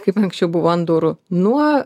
kaip anksčiau buvo ant durų nuo